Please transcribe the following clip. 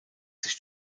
sich